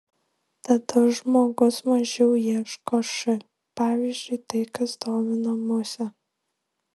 tada žmogus mažiau ieško š pavyzdžiui tai kas domina musę